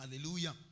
hallelujah